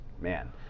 man